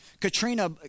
Katrina